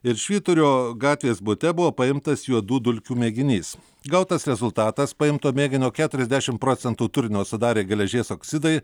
ir švyturio gatvės bute buvo paimtas juodų dulkių mėginys gautas rezultatas paimto mėginio keturiasdešim procentų turinio sudarė geležies oksidai